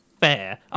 Fair